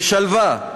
בשלווה,